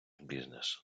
бізнес